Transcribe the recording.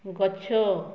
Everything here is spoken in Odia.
ଗଛ